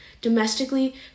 Domestically